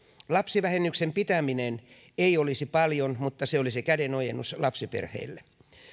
lapsivähennyksen pitäminen ei olisi paljon mutta se olisi kädenojennus lapsiperheille